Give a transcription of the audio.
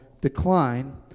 decline